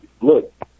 look